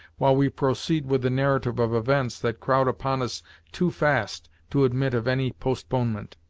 while we proceed with the narrative of events that crowd upon us too fast to admit of any postponement.